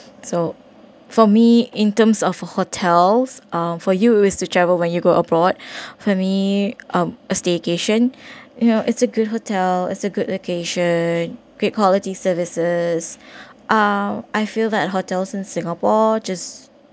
so for me in terms of hotels uh for you is to travel when you go abroad for me um a staycation you know it's a good hotel it's a good location great quality services ah I feel that hotels in singapore just